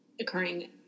occurring